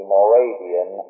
Moravian